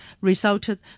resulted